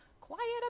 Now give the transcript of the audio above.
quiet